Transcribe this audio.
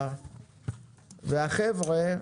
גדולה.